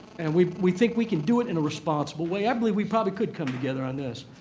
and we we think we can do it in a responsible way. i believe we probably could come together on this,